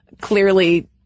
Clearly